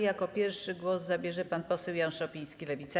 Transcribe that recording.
Jako pierwszy głos zabierze pan poseł Jan Szopiński, Lewica.